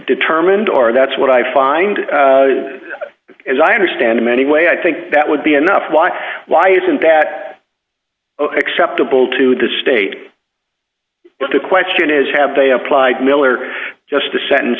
determined or that's what i find as i understand him anyway i think that would be enough why why isn't that acceptable to the state but the question is have they applied miller just the